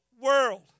world